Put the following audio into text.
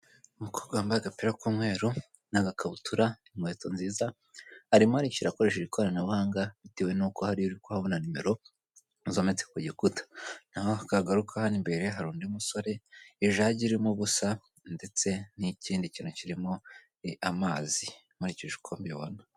Umukobwa wambaye agapira k'umweru n'agakabutura inkweto nziza, arimo arishyura akoresheje ikoranabuhanga bitewe n'uko hariya uri kuhabona nimero zometse ku gikuta, naho twagaruka hano imbere hari undi musore ijagi irimo ubusa ndetse n'ikindi kintu kirimo amazi nkurikije uko mbibona.